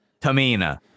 tamina